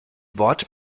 wort